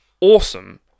awesome